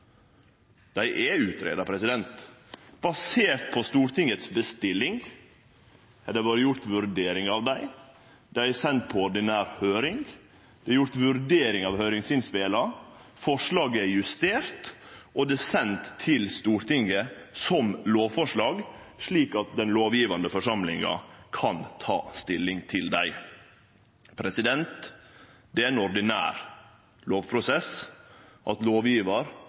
dei. Vi har sendt dei på ordinær høyring. Vi har gjort ei vurdering av høyringsinnspela. Forslaga er justerte, og dei er sende til Stortinget som lovforslag, slik at den lovgjevande forsamlinga kan ta stilling til dei. Det er ein ordinær lovprosess at